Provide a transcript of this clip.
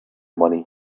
money